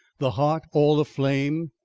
the heart all aflame!